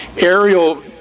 aerial